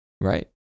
Right